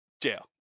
Jail